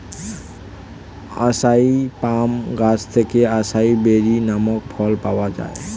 আসাই palm গাছ থেকে acai berry নামক ফল পাওয়া যায়